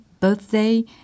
birthday